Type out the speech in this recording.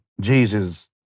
Jesus